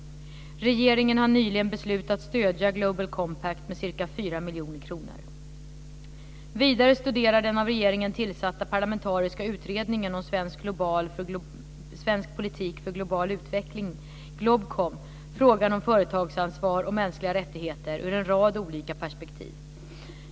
Regeringen har nyligen beslutat stödja The Global Compact med ca 4 miljoner kronor. Vidare studerar den av regeringen tillsatta parlamentariska utredningen om svensk politik för global utveckling, GLOBKOM, frågan om företagsansvar och mänskliga rättigheter ur en rad olika perspektiv.